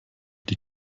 die